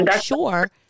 sure